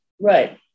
Right